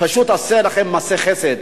פשוט עושה לכם מעשה חסד.